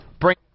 bring